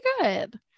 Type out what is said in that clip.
good